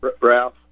Ralph